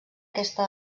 aquesta